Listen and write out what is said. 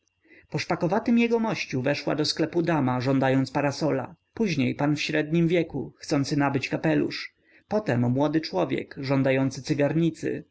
szpakowatym jegomości weszła do sklepu dama żądająca parasola później pan w średnim wieku chcący nabyć kapelusz potem młody człowiek żądający cygarnicy